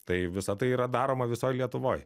tai visa tai yra daroma visoj lietuvoj